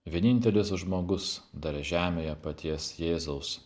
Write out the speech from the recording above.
vienintelis žmogus dar žemėje paties jėzaus